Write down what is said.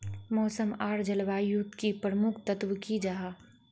मौसम आर जलवायु युत की प्रमुख तत्व की जाहा?